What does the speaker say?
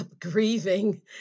grieving